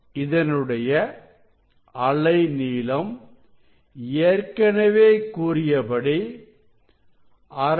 இதனுடைய அலைநீளம் ஏற்கனவே கூறியபடி 632